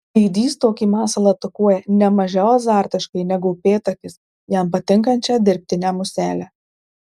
lydys tokį masalą atakuoja ne mažiau azartiškai negu upėtakis jam patinkančią dirbtinę muselę